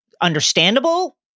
understandable